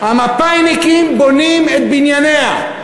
המפא"יניקים בונים את בנייניה.